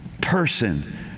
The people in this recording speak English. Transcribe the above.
person